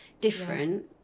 different